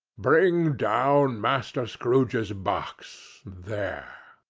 bring down master scrooge's box, there!